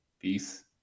peace